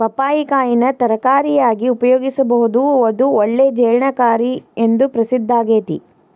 ಪಪ್ಪಾಯಿ ಕಾಯಿನ ತರಕಾರಿಯಾಗಿ ಉಪಯೋಗಿಸಬೋದು, ಇದು ಒಳ್ಳೆ ಜೇರ್ಣಕಾರಿ ಎಂದು ಪ್ರಸಿದ್ದಾಗೇತಿ